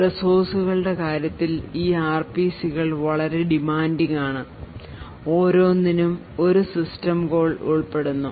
resourceകളുടെ കാര്യത്തിൽ ഈ ആർപിസികൾ വളരെ demanding ആണ് ഓരോന്നിനും ഒരു സിസ്റ്റം കോൾ ഉൾപ്പെടുന്നു